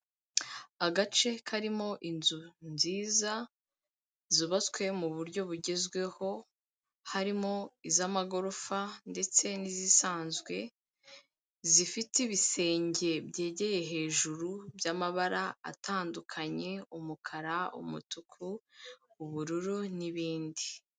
Agace karimo inzu nziza zubatswe mu buryo bugezweho, harimo iz'amagorofa ndetse n'izisanzwe zifite ibisenge byegeye hejuru by'amabara atandukanye, umukara, umutuku, ubururu n'ibindi.